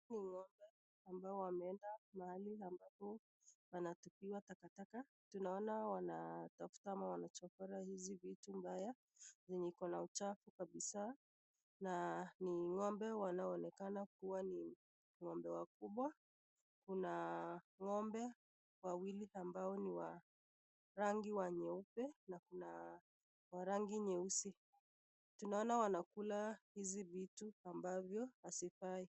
Hii ni ng'ombe ambao wameenda mahali ambapo wanatupiwa takataka. Tunaona wanatafuta ama wanachokora hizi vitu mbaya zenye iko na uchafu kabisa, na ni ng'ombe wanaoonekana kuwa ni ng'ombe wakubwa. Kuna ng'ombe wawili ambao ni wa rangi wa nyeupe, na kuna wa rangi nyeusi. Tunaona wanakula hizi vitu ambavyo hazifai.